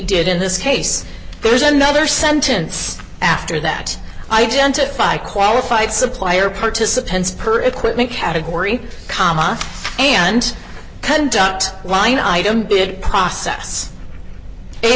did in this case there's another sentence after that identify qualified supplier participants per equipment category comma and conduct line item bid process a